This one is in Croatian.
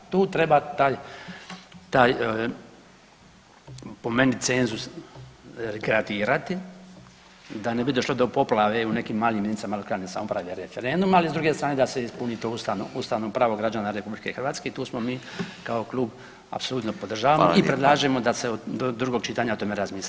Tu treba taj po meni cenzus kreatirati da ne bi došlo do poplave u nekim malim jedinicama lokalne samouprave referendum, ali s druge strane da se ispuni to ustavno pravo građana RH i tu smo mi kao klub apsolutno podržavamo [[Upadica Radin: Hvala lijepa.]] i predlažemo da se do drugog čitanja o tome razmisli.